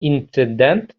інцидент